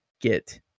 get